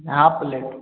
half plate